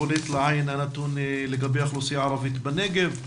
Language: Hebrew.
בולט לעין הנתון לגבי האוכלוסייה הערבית בנגב,